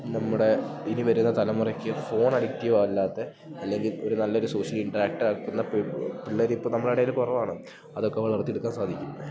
നമ്മുടെ ഇനി വരുന്ന തലമുറക്ക് ഫോൺ അഡിക്റ്റീവല്ലാത്തെ അല്ലെങ്കി ഒരു നല്ലൊരു സോഷ്യൽ ഇൻറ്ററാക്റ്റാക്കുന്ന പിള്ളേരിപ്പ നമ്മളെടേല് കൊറവാണ് അതൊക്കെ വളർത്തിയെടുക്കാൻ സാധിക്കും